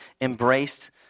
embraced